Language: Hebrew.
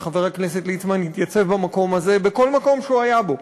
וחבר הכנסת ליצמן התייצב במקום הזה בכל מקום שהוא היה בו,